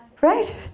Right